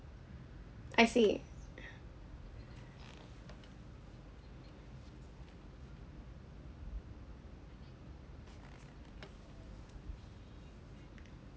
I see